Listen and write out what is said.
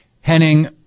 Henning